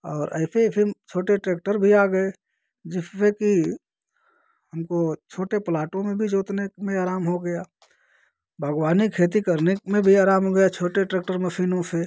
और ऐसे ऐसे छोटे ट्रेक्टर भी आ गए जिससे कि हमको छोटे प्लाटों में भी जोतने में आराम हो गया बागवानी खेती करने में भी आराम हो गया छोटे ट्रेक्टर मसीनों से